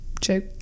check